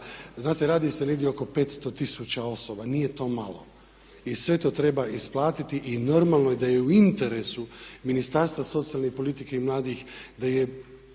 Znate, radi se negdje oko 500 tisuća osoba, nije to malo. I sve to treba isplatiti i normalno je da je u interesu Ministarstva socijalne politike i mladih da je